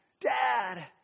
dad